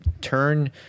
turn